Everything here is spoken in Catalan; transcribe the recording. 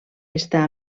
està